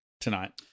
tonight